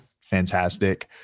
fantastic